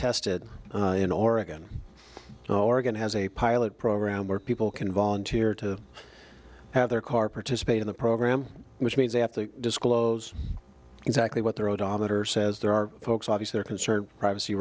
tested in oregon so oregon has a pilot program where people can volunteer to have their car participate in the program which means they have to disclose exactly what their odometer says there are folks obviously are concerned privacy